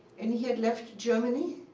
and he had left germany,